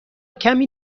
کمی